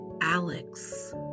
Alex